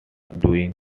doing